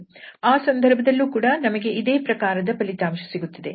ಆ ಸಂದರ್ಭದಲ್ಲೂ ಕೂಡ ನಮಗೆ ಇದೇ ಪ್ರಕಾರದ ಫಲಿತಾಂಶ ಸಿಗುತ್ತದೆ